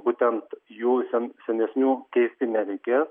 būtent jų sen senesnių keisti nereikės